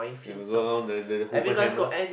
we have to go around the the hooper hammers